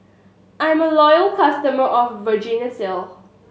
I'm a loyal customer of Vagisil